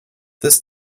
this